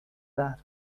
that